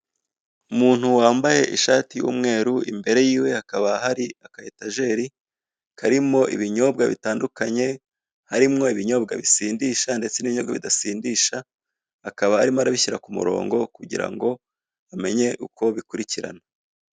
Umuntu wambaye ishati y'umweru, imbere yiwe hakaba hari aka etajeri karimo ibinyobwa bitandukanye, harimo ibinyobwa bisindisha ndetse n'ibinyobwa bidasindisha, akaba arimo arabishyira ku murongo kugira ngo amenye uko bikurikirana.